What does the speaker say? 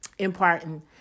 imparting